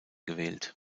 gewählt